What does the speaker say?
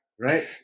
Right